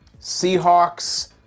Seahawks